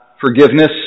forgiveness